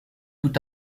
tout